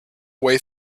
way